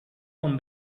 con